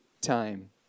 time